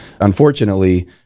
unfortunately